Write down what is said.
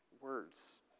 words